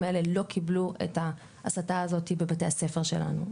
האלה לא קיבלו את ההסתה הזאת בבתי הספר שלנו,